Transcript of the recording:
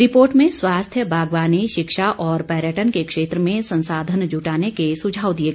report में स्वास्थ्य बागवानी शिक्षा और पर्यटन के क्षेत्र में संसाधन जुटाने के सुझाव दिए गए हैं